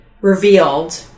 revealed